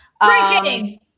Breaking